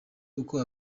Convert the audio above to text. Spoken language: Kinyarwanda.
uko